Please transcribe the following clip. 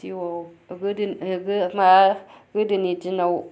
जिउआव गोदो मा गोदोनि दिनाव